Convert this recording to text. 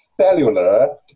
cellular